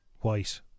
white